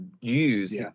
use